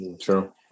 True